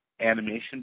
animation